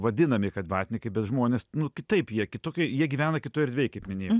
vadinami kad vatnikai bet žmonės nu kitaip jie kitokioj jie gyvena kitoj erdvėj kaip minėjau